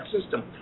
system